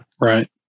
Right